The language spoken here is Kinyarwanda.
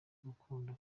gukunda